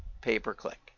pay-per-click